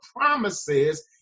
promises